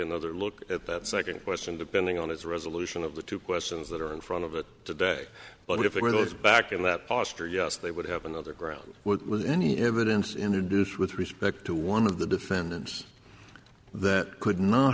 another look at that second question depending on its resolution of the two questions that are in front of it today but if it goes back in that posture yes they would have another ground any evidence introduced with respect to one of the defendants that could not